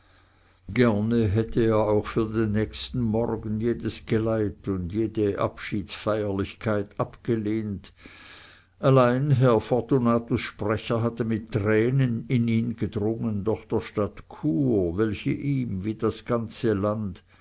gerne hätte er auch für den nächsten morgen jedes geleit und jede abschiedsfeierlichkeit abgelehnt allein herr fortunatus sprecher hatte mit tränen in ihn gedrungen doch der stadt chur welche ihm wie das ganze land